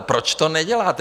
Proč to neděláte?